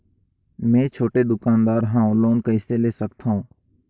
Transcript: मे छोटे दुकानदार हवं लोन कइसे ले सकथव?